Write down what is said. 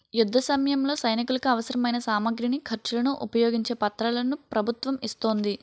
యుద్ధసమయంలో సైనికులకు అవసరమైన సామగ్రిని, ఖర్చులను ఉపయోగించే పత్రాలను ప్రభుత్వం ఇస్తోంది